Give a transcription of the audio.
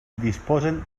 disposen